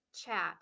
chat